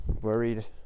worried